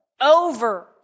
over